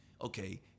okay